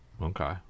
Okay